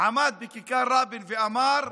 עמד בכיכר רבין ואמר: